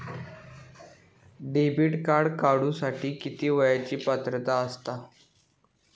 Debit card काढूसाठी किती वयाची पात्रता असतात?